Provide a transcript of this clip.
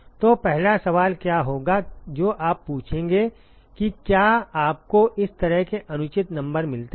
तो पहला सवाल क्या होगा जो आप पूछेंगे कि क्या आपको इस तरह के अनुचित नंबर मिलते हैं